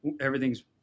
everything's